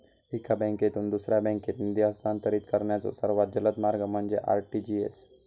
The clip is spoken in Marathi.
एका बँकेतून दुसऱ्या बँकेत निधी हस्तांतरित करण्याचो सर्वात जलद मार्ग म्हणजे आर.टी.जी.एस